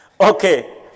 Okay